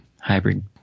hybrid